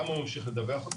למה הוא ממשיך לדווח אותו?